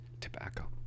Tobacco